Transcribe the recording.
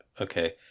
Okay